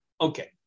Okay